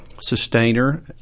Sustainer